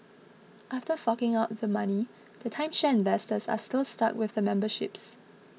after forking out the money the timeshare investors are still stuck with the memberships